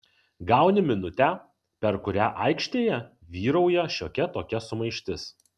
gauni minutę per kurią aikštėje vyrauja šiokia tokia sumaištis